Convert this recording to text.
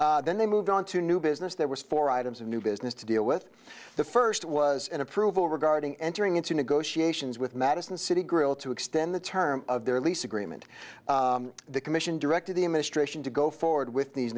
week then they moved on to new business there was four items of new business to deal with the first was an approval regarding entering into negotiations with madison city grill to extend the terms of their lease agreement the commission directed the administration to go forward with these